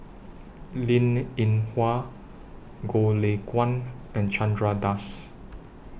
Linn in Hua Goh Lay Kuan and Chandra Das